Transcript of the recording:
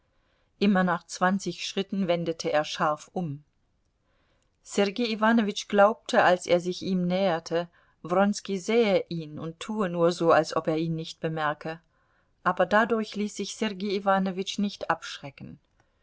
immer nach zwanzig schritten wendete er scharf um sergei iwanowitsch glaubte als er sich ihm näherte wronski sähe ihn und tue nur so als ob er ihn nicht bemerke aber dadurch ließ sich sergei iwanowitsch nicht abschrecken